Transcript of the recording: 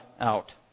out